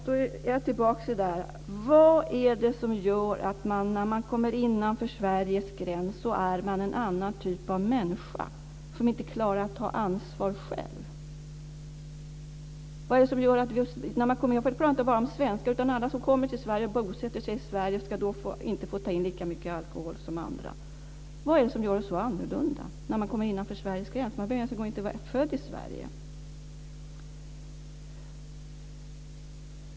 Då är jag tillbaka vid min fråga: Vad är det som gör att man, när man kommer innanför Sveriges gräns, är en annan typ av människa som inte klarar av att ta ansvar själv? Jag talar inte bara om svenskar utan om alla som kommer och bosätter sig i Sverige. De får alltså inte ta in lika mycket alkohol som andra. Vad är det som gör oss så annorlunda när vi kommer innanför Sveriges gräns? Man behöver inte ens en gång vara född i Sverige.